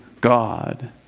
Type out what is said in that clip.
God